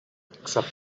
except